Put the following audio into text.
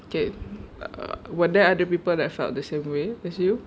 okay uh were there other people that felt the same way as you